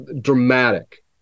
dramatic